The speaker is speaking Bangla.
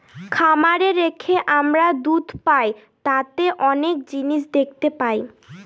খামারে রেখে আমরা দুধ পাই তাতে অনেক জিনিস দেখতে হয়